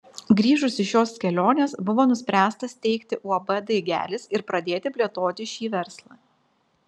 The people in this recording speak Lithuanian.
grįžus iš šios kelionės buvo nuspręsta steigti uab daigelis ir pradėti plėtoti šį verslą